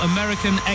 American